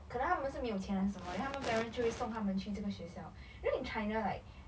可能他们是没有钱还是什么 then 他们 parents 就会送他们去这个学校 you know in china like